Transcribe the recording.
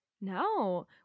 no